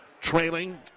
trailing